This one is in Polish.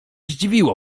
zdziwiło